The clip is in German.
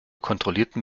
kontrollierten